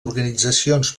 organitzacions